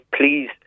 please